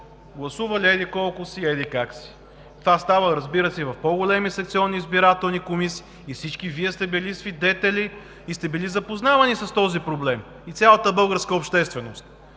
гласували еди-колко си, еди-как си. Това става, разбира се, и в по големи секционни избирателни комисии. Всички Вие сте били свидетели, били сте запознавани с този проблем – и цялата българска общественост,